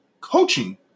coaching